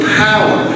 power